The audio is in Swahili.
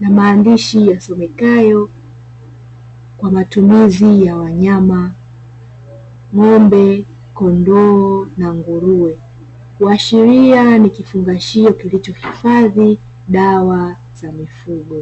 na maandishi yasomekayo, "Kwa matumizi ya wanyama; ng'ombe, kondoo na nguruwe", kuashiria ni kifungashio kilichohifadhi dawa za mifugo.